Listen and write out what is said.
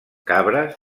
cabres